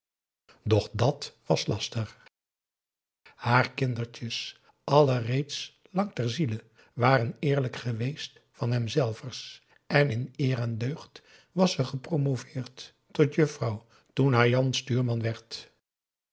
doch dàt was laster haar kindertjes allen reeds lang ter ziele waren eerlijk geweest van hem zelvers en in eer en deugd was ze gepromoveerd tot juffrouw toen haar jan stuurman werd